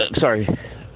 Sorry